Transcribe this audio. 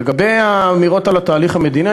לגבי האמירות על התהליך המדיני,